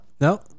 no